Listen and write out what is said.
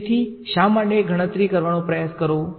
તો શા માટે ગણતરી કરવાનો પ્રયાસ કરો